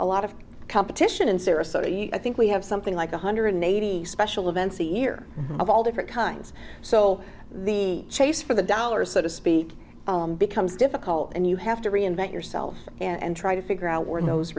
a lot of competition in sarasota i think we have something like one hundred eighty special events a year of all different kinds so the chase for the dollar so to speak becomes difficult and you have to reinvent yourself and try to figure out where knows